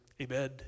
Amen